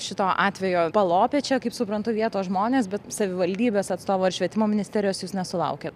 šito atvejo palopė čia kaip suprantu vietos žmonės bet savivaldybės atstovų ar švietimo ministerijos jūs nesulaukiat